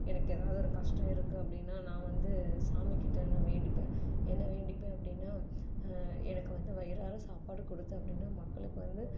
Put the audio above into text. எனக்கு ஏதாவது ஒரு கஷ்டம் இருக்கு அப்படின்னா நான் வந்து சாமிக்கிட்ட நான் வேண்டிப்பேன் என்ன வேண்டிப்பேன் அப்படின்னா எனக்கு வந்து வயிறார சாப்பாடு கொடுத்த அப்படின்னா மக்களுக்கு வந்து